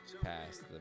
past